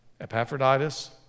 epaphroditus